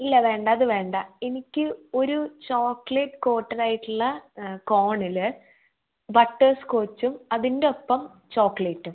ഇല്ല വേണ്ട അത് വേണ്ട എനിക്ക് ഒരു ചോക്ലേറ്റ് കോട്ടഡായിട്ടുള്ള കോണില് ബട്ടർ സ്കോച്ചും അതിന്റെയൊപ്പം ചോക്ലേറ്റും